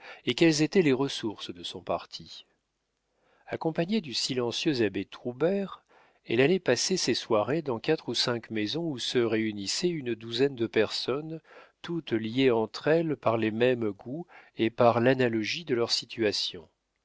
et quelles étaient les ressources de son parti accompagnée du silencieux abbé troubert elle allait passer ses soirées dans quatre ou cinq maisons où se réunissaient une douzaine de personnes toutes liées entre elles par les mêmes goûts et par l'analogie de leur situation